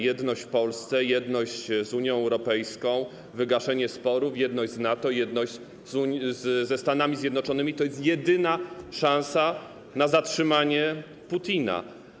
Jedność w Polsce, jedność z Unią Europejską, wygaszenie sporów, jedność w NATO i jedność ze Stanami Zjednoczonymi to jedyna szansa na zatrzymanie Putina.